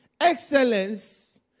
Excellence